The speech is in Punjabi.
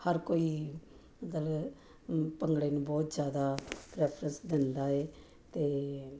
ਹਰ ਕੋਈ ਮਤਲਬ ਭੰਗੜੇ ਨੂੰ ਬਹੁਤ ਜ਼ਿਆਦਾ ਪਰੈਫਰਸ ਦਿੰਦਾ ਹੈ ਅਤੇ